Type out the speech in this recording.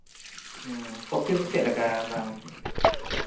ᱚᱻ ᱠᱚᱯᱷᱤ ᱫᱚ ᱪᱮᱫ ᱞᱮᱠᱟ ᱫᱟᱢ